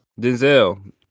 Denzel